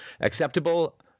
acceptable